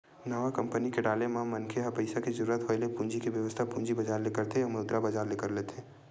नवा कंपनी के डाले म मनखे ह पइसा के जरुरत होय ले पूंजी के बेवस्था पूंजी बजार ले करथे अउ मुद्रा बजार ले कर लेथे